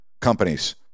companies